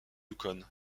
yukon